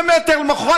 ירושלים.